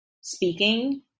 speaking